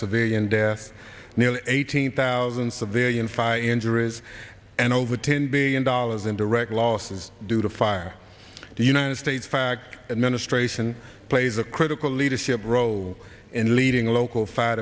civilian deaths nearly eighteen thousand civilian fire injuries and over ten billion dollars in direct losses due to fire the united states fact administration plays a critical leadership role in leading local fire